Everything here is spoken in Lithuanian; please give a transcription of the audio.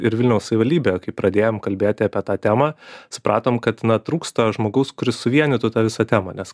ir vilniaus savivaldybėje kai pradėjom kalbėti apie tą temą supratom kad na trūksta žmogaus kuris suvienytų tą visą temą nes